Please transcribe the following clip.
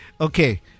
Okay